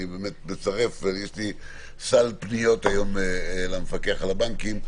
אני באמת מצרף יש לי סל פניות היום אל המפקח על הבנקים,